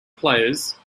players